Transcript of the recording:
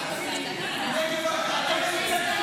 התשפ"ד 2024,